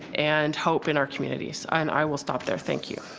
and hope in our communities and i will stop there. thank you.